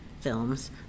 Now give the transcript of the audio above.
Films